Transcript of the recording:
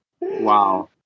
Wow